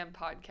podcast